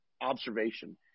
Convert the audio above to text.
observation